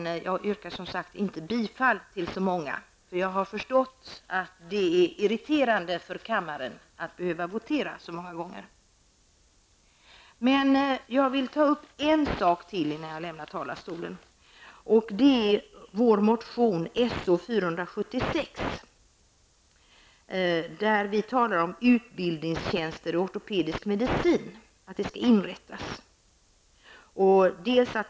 Jag yrkar som sagt inte bifall till så många, eftersom jag har förstått att det är irriterande för kammaren att behöva votera så många gånger. I vår motion So476 talar vi om att utbildningstjänster i ortopedisk medicin skall inrättas.